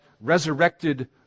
resurrected